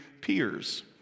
peers